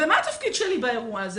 ומה התפקיד שלי באירוע הזה?